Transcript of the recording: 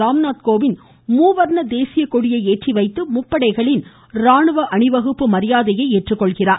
ராம்நாத்கோவிந்த் மூவர்ண தேசிய கொடியை ஏற்றிவைத்து முப்படைகளின் ராணுவ அணிவகுப்பு மரியாதையை ஏற்றுக்கொள்கிறார்